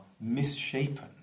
misshapen